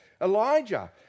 Elijah